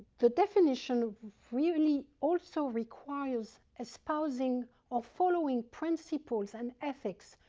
the definition really also requires espousing or following principles and ethics,